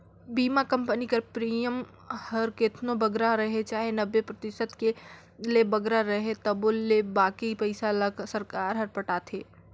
बीमा कंपनी कर प्रीमियम हर केतनो बगरा रहें चाहे नब्बे परतिसत ले बगरा रहे तबो ले बाकी पइसा ल सरकार हर पटाथे